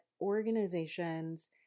organizations